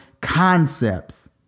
concepts